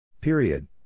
Period